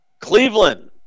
Cleveland